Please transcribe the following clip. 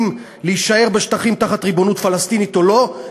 יוכלו להישאר בשטחים תחת ריבונות פלסטינית או לא,